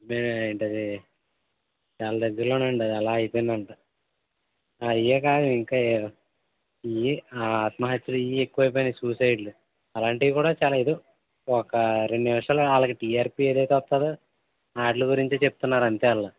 ఇది ఏంటది చాల దగ్గర్లోనండి అది అలా అయిపోయిందంట అవి అయ్యాక ఇంకా ఇవి ఆత్మహత్యలు ఇవి ఎక్కువ అయిపోయిని సూసైడ్లు అలాంటివి కూడా చాల ఎదో ఒక రెండు నిముషాలు ఆళ్ళకి టీఆర్పీ ఏదైతే వస్తుందో వాటిల్ల గురించే చెప్తున్నారు అంతే ఆళ్ళు